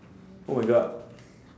oh my god